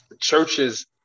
churches